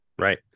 Right